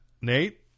Nate